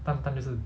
单单就是